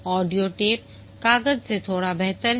audio tape कागज से थोड़ा बेहतर है